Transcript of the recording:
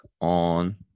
on